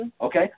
Okay